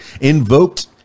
invoked